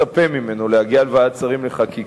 שאף אחד לא מצפה ממנו להגיע לוועדת שרים לחקיקה.